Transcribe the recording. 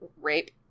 rape